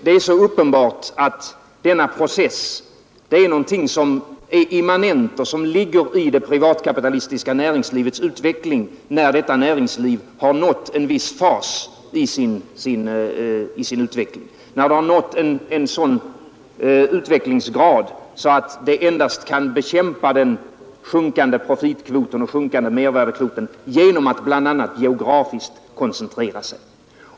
Det är uppenbart att denna process är immanent i det privatkapitalistiska näringslivets utveckling, när detta näringsliv har nått en viss fas i sin utveckling, en sådan utvecklingsgrad att det endast kan bekämpa den sjunkande profitkvoten och den sjunkande mervärdekvoten genom att bl.a. geografiskt koncentrera sig.